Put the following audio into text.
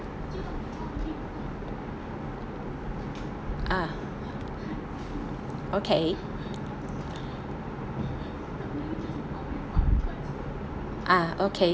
ah okay ah okay